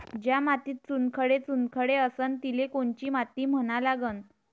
ज्या मातीत चुनखडे चुनखडे असन तिले कोनची माती म्हना लागन?